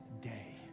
day